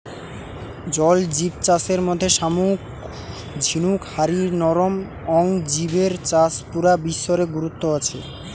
জল জিব চাষের মধ্যে শামুক ঝিনুক হারি নরম অং জিবের চাষ পুরা বিশ্ব রে গুরুত্ব আছে